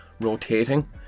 rotating